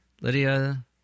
Lydia